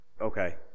Okay